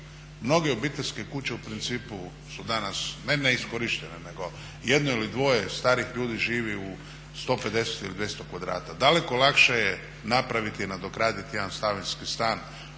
Mnoge obiteljske kuće u principu su danas ne neiskorištene nego jedno ili dvoje starih ljudi živi u 150 ili 200 kvadrata. Daleko lakše je napraviti, nadograditi jedan … stan